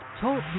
Talk